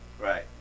Right